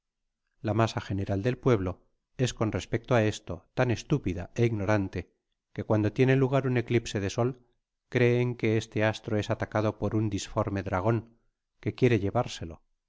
la masa general del pueblo es con respecto á esto tan estúpida é ignorante que cuando tiene lugar un eclipse de sol cre n que este astro es atacado por un disforme dragon que quiere llevárselo